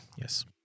Yes